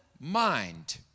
mind